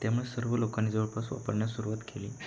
त्यामुळे सर्व लोकांनी जवळपास वापरण्यास सुरुवात केली